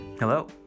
Hello